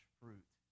fruit